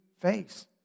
face